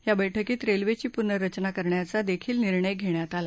या बैठकीत रेल्वेची पुनर्रचना करण्याचा देखील निर्णय घेण्यात आला